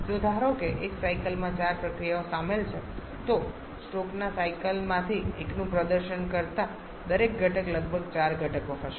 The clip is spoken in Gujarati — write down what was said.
જો ધારો કે એક સાયકલમાં ચાર પ્રક્રિયાઓ સામેલ છે તો સ્ટ્રોકના સાયકલમાંથી એકનું પ્રદર્શન કરતા દરેક ઘટક લગભગ ચાર ઘટકો હશે